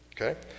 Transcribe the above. Okay